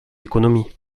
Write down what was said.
économies